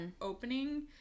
opening